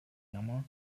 jammer